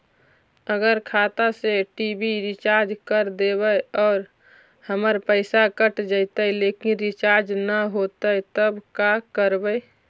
अगर खाता से टी.वी रिचार्ज कर देबै और हमर पैसा कट जितै लेकिन रिचार्ज न होतै तब का करबइ?